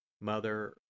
Mother